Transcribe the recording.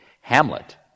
Hamlet